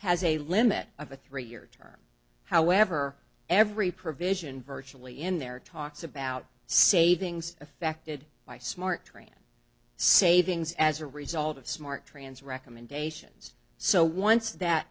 has a limit of a three year term however every provision virtually in there talks about savings affected by smart train savings as a result of smart trans recommendations so once that